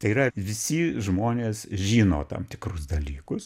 tai yra visi žmonės žino tam tikrus dalykus